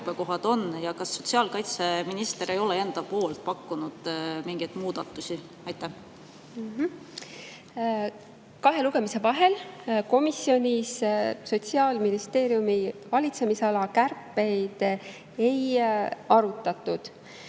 kas sotsiaalkaitseminister ei ole pakkunud mingeid muudatusi? Kahe lugemise vahel komisjonis Sotsiaalministeeriumi valitsemisala kärpeid ei arutatud.